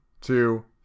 two